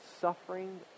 suffering